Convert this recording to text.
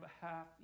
behalf